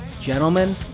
gentlemen